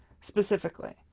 specifically